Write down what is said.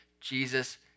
Jesus